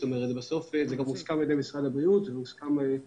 בסוף זה הוסכם גם על משרד הבריאות ועלינו.